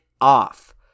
off